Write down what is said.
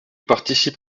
participe